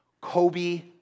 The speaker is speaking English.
Kobe